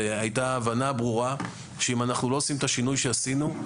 היה ההבנה הברורה שאם אנחנו לא עושים את השינוי שעשינו,